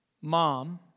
mom